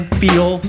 feel